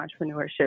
entrepreneurship